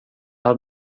hade